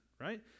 Right